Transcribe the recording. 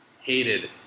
hated